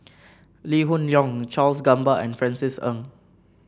Lee Hoon Leong Charles Gamba and Francis Ng